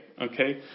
Okay